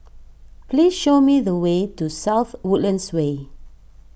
please show me the way to South Woodlands Way